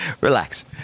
Relax